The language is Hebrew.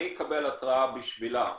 אני אקבל התראה בשבילה,